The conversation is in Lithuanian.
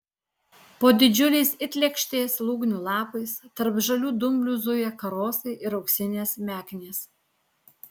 po didžiuliais it lėkštės lūgnių lapais tarp žalių dumblių zuja karosai ir auksinės meknės